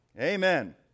Amen